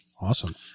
Awesome